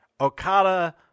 Okada